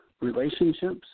relationships